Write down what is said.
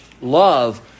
love